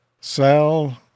Sal